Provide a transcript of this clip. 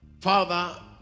Father